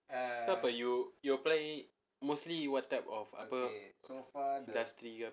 so apa you you apply mostly what type of apa industry